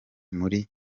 muri